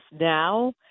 now